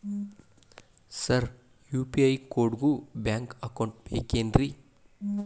Sir UPI ಕೋಡಿಗೂ bank account ಬೇಕೆನ್ರಿ?